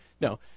No